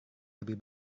lebih